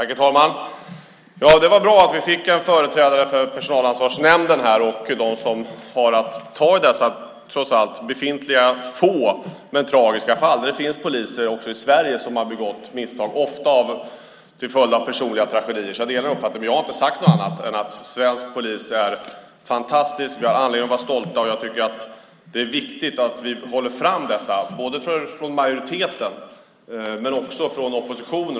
Herr talman! Det är bra att vi här har en företrädare för Personalansvarsnämnden som har att ta i dessa få men tragiska fall. Det finns också i Sverige poliser som har begått misstag, ofta till följd av personliga tragedier. Jag delar den uppfattningen. Jag har inte sagt något annat än att svensk polis är fantastisk. Vi har anledning att vara stolta. Det är viktigt att vi framhåller det från både majoriteten och oppositionen.